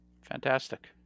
Fantastic